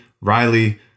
Riley